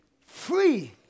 Free